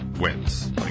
wins